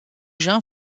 jean